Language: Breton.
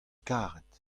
karet